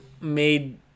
made